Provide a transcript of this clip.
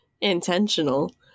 intentional